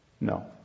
No